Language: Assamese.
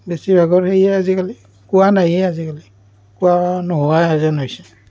বেছি ভাগৰ সেইয়ে আজিকালি কুঁৱা নাইয়েই আজিকালি কুঁৱা নোহোৱাহে যেন হৈছে